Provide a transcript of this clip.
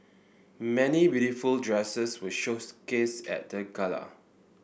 many beautiful dresses were shows cased at the gala